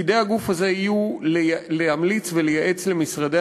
תפקידי הגוף הזה יהיו להמליץ ולייעץ למשרדי